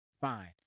fine